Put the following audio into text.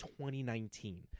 2019